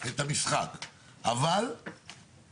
אבל אם